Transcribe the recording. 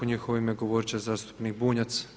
U njihovo ime govoriti će zastupnik Bunjac.